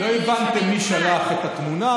לא הבנתם מי שלח את התמונה,